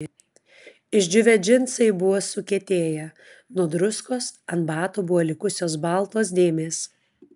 išdžiūvę džinsai buvo sukietėję nuo druskos ant batų buvo likusios baltos dėmės